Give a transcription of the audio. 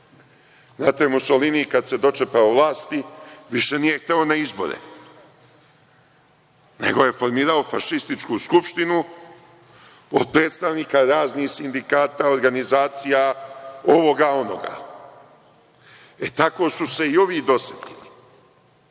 Znate, Musolini kada se dočepao vlasti, više nije hteo ni izbore, nego je formirao fašističku skupštinu od predstavnika raznih sindikata, organizacija, ovoga, onoga. Tako su se i ovi dosetili,